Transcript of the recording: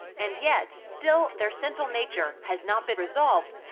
and yet still their sinful nature has not been resolved.